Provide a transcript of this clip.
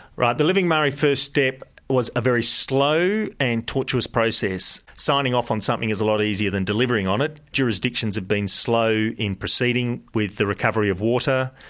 right. the living murray first step was a very slow and tortuous process signing off on something is a lot easier than delivering on it. jurisdictions have been slow in proceeding with the recovery of water,